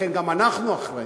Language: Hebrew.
לכן גם אנחנו אחראים.